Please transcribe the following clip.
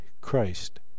Christ